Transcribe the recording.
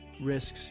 risks